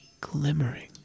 glimmering